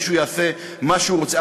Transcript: שמישהו יעשה מה שהוא רוצה.